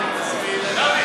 אשמיל, ואם תשמיל אני אימין.